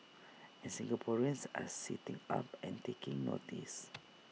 and Singaporeans are sitting up and taking notice